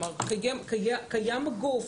כלומר קיים הגוף,